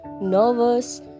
nervous